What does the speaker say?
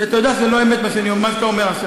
כי אתה יודע שזה לא-אמת, מה שאתה אומר עכשיו.